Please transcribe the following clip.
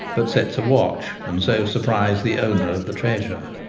but sets a watch, and so sur prises the owner of the treasure.